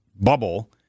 bubble